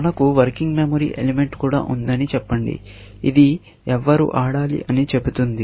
మనకు working memory element కూడా ఉంది అని చెప్పండి ఇది ఎవరు ఆడాలి అని చెపుతుంది